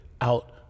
out